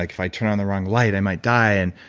like if i turn on the wrong light, i might die. and